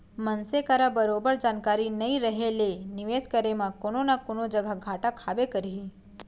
मनसे करा बरोबर जानकारी नइ रहें ले निवेस करे म कोनो न कोनो जघा घाटा खाबे करही